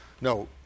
No